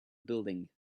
building